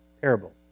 parable